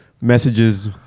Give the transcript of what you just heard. messages